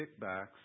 kickbacks